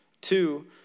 Two